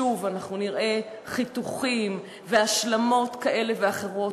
שוב אנחנו נראה חיתוכים והשלמות כאלה ואחרות